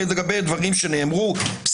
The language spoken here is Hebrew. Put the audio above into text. לסגירת תיק שלא ניתן בחוק ובין אם לעיכוב פתיחה